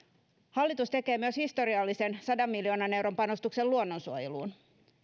hallitus tekee myös historiallisen sadan miljoonan euron panostuksen luonnonsuojeluun